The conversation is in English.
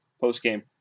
post-game